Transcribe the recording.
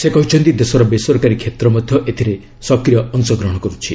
ସେ କହିଛନ୍ତି ଦେଶର ବେସରକାରୀ କ୍ଷେତ୍ର ମଧ୍ୟ ଏଥିରେ ସକ୍ରିୟ ଅଶଗ୍ରହଣ କରୁଛି